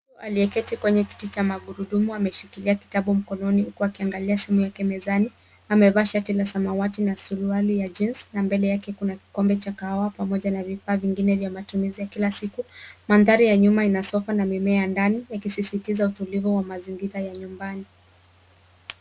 Mtu aliyeketi kwenye kiti cha magurudumu ameshikilia kitabu mkononi huku akiangalia simu yake mezani. Amevaa shati la samawati na suruali ya jean na mbele yake kuna kikombe cha kahawa pamoja na vifaa vingine vya matumizi ya kila siku. Mandhari ya nyuma inasofa na mimea ndani yakisisitiza utulivu wa mazingira ya nyumbani.